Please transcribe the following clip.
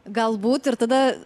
galbūt ir tada